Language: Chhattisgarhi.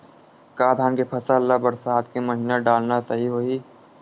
का धान के फसल ल बरसात के महिना डालना सही होही?